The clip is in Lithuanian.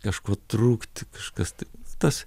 kažko trūkti kažkas tai tas